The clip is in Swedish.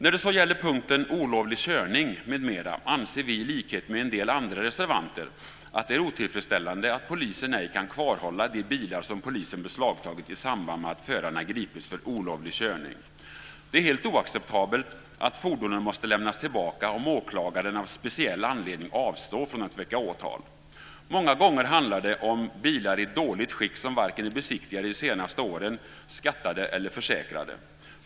När det sedan gäller punkten olovlig körning m.m. anser vi i likhet med en del andra reservanter att det är otillfredsställande att polisen ej kan kvarhålla de bilar som polisen beslagtagit i samband med att förarna gripits för olovlig körning. Det är helt oacceptabelt att fordonen måste lämnas tillbaka om åklagaren av speciell anledning avstår från att väcka åtal. Många gånger handlar det om bilar i dåligt skick som varken är besiktigade de senaste åren, skattade eller försäkrade.